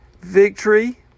victory